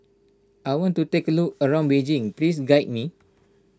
I want to take a look around Beijing please guide me